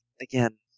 Again